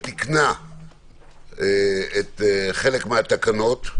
ותיקנה חלק מהתקנות.